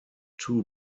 two